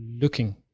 looking